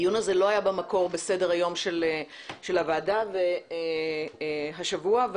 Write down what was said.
הדיון הזה לא היה במקור בסדר היום של הוועדה השבוע אבל